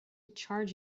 charge